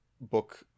book